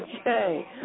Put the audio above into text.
Okay